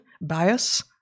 bias